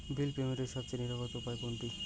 বিল পেমেন্টের সবচেয়ে নিরাপদ উপায় কোনটি?